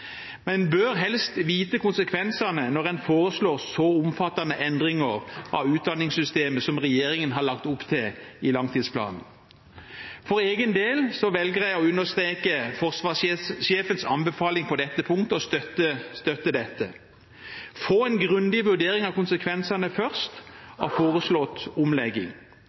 bør helst vite konsekvensene når en foreslår så omfattende endringer av utdanningssystemet som regjeringen har lagt opp til i langtidsplanen. For egen del velger jeg å understreke forsvarssjefens anbefaling på dette punktet og støtter dette: Først få en grundig vurdering av konsekvensene av foreslått omlegging.